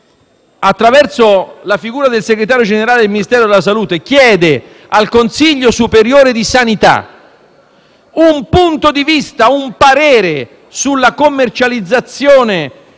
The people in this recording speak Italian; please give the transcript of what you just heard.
attraverso la figura del segretario generale del Ministero della salute, chiese al Consiglio superiore di sanità un punto di vista, un parere, sulla commercializzazione